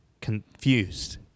Confused